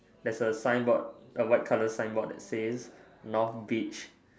there's a signboard a white colour signboard says north beach